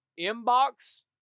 inbox